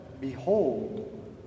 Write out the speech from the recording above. Behold